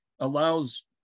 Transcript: allows